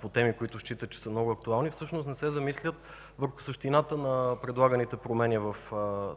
по теми, които считат за много актуални, не се замислят върху същината на предлаганите промени в